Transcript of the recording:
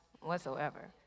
whatsoever